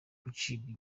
gucibwa